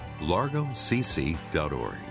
largocc.org